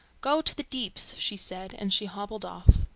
go to the deeps, she said, and she hobbled off.